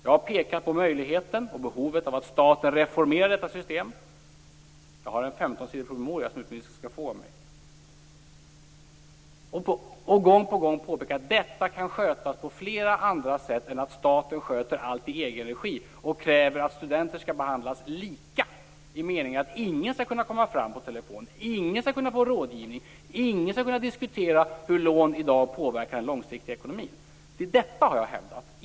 Jag har pekat på möjligheten och behovet av att staten reformerar detta system - jag har en 15-sidig promemoria som utbildningsministern skall få av mig. Gång på gång har jag påpekat att detta kan skötas på flera andra sätt än att staten sköter allt i egen regi och kräver att studenter skall behandlas lika, i den meningen att ingen skall kunna komma fram på telefon, att ingen skall kunna få rådgivning och att ingen skall kunna diskutera hur lån i dag påverkar den långsiktiga ekonomin. Detta har jag hävdat.